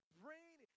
brain